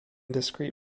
discrete